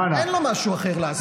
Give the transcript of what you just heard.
אין לו משהו אחר לעשות.